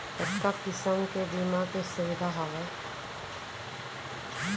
कतका किसिम के बीमा के सुविधा हावे?